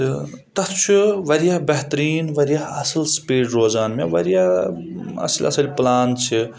تہٕ تَتھ چھُ واریاہ بہتریٖن واریاہ اَصٕل سپیٖڈ روزان مےٚ واریاہ اَصٕل اَصٕل پٕلان چھِ